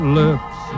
lips